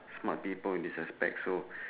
smart people in this aspect so